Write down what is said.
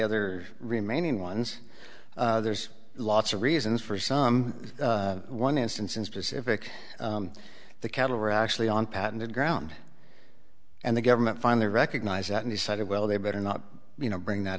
other remaining ones there's lots of reasons for some one instance in specific the cattle were actually on patented ground and the government finally recognized that and he said it well they better not you know bring that